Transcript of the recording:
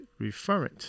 referent